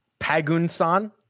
Pagunsan